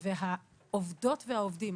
והעובדות והעובדים,